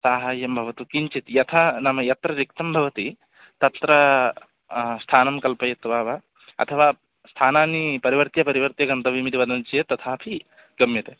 साहाय्यं भवतु किञ्चित् यथा नाम यत्र रिक्तं भवति तत्र स्थानं कल्पयित्वा वा अथवा स्थानानि परिवर्त्य परिवर्त्य गन्तव्यमिति वदन्ति चेत् तथापि गम्यते